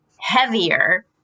heavier